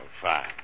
fine